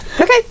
Okay